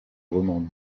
roman